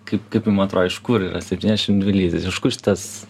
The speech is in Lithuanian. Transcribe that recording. kaip kaip jum atrodo iš kur yra septyniasdešim dvi lytys iš kur šitas